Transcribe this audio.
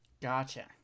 Gotcha